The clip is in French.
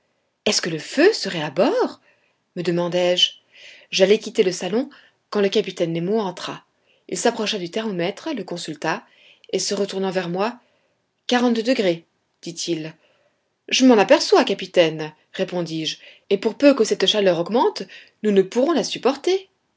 est-ce que le feu serait à bord me demandai-je j'allais quitter le salon quand le capitaine nemo entra il s'approcha du thermomètre le consulta et se retournant vers moi quarante-deux degrés dit-il je m'en aperçois capitaine répondis-je et pour peu que cette chaleur augmente nous ne pourrons la supporter